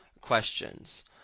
questions